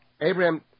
Abraham